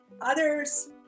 others